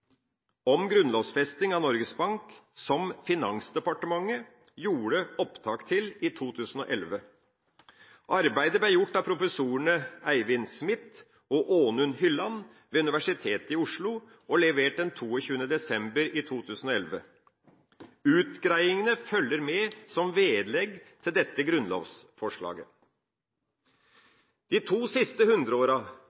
om grunnlovfesting av Norges Bank som Finansdepartementet gjorde opptak til i 2011. Arbeidet ble gjort av professorene Eivind Smith og Aanund Hylland ved Universitetet i Oslo og levert den 22. desember 2011. Utredningene følger med som vedlegg til dette grunnlovsforslaget.